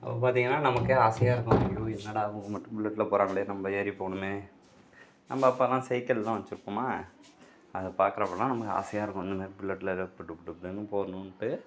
அப்போது பார்த்தீங்கன்னா நமக்கே ஆசையாக இருக்கும் ஐயோ என்னடா இவங்க மட்டும் புல்லட்டில் போகிறாங்களே நம்ம ஏறி போகணுமே நம்ம அப்பெலாம் சைக்கிள் தான் வச்சுருப்போமா அதை பார்க்குறப்பலாம் நமக்கு ஆசையாக இருக்கும் இந்த மாதிரி புல்லட்டில் ஏறி புடு புடு புடுன்னு போகணுன்ட்டு